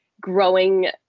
growing